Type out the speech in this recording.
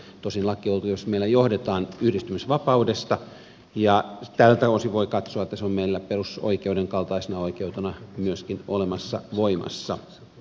tosin lakko oikeus meillä johdetaan yhdistymisvapaudesta ja tältä osin voi katsoa että se on meillä perusoikeuden kaltaisena oikeutena myöskin olemassa voimassa